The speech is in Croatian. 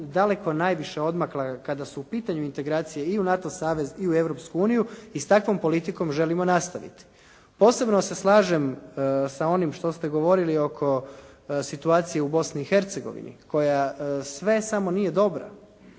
daleko najviše odmakla kada su u pitanju integracije i u NATO savez i u Europsku uniju i s takvom politikom želimo nastaviti. Posebno se slažem sa onim što ste govorili oko situacije u Bosni i Hercegovini koja sve samo nije dobra